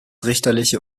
richterliche